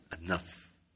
enough